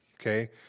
Okay